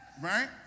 right